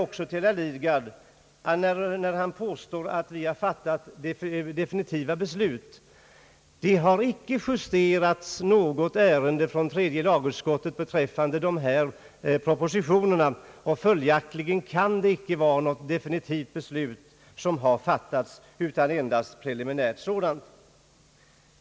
Herr Lidgard påstår också att vi har fattat definitivt beslut. Något utlåtande från tredje lagutskottet beträffande dessa propositioner har inte justerats och följaktligen kan något definitivt beslut inte ha fattats utan endast ett preliminärt sådant.